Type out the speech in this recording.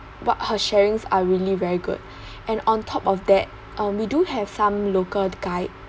but her sharings are really very good and on top of that um we do have some local guide